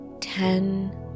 ten